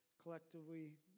collectively